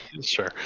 Sure